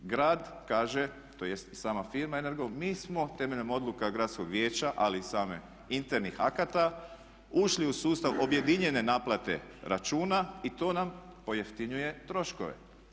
Grad kaže, tj. i sama firma Energo mi smo temeljem odluka gradskog vijeća ali i samih internih akata ušli u sustav objedinjene naplate računa i to nam pojeftinjuje troškove.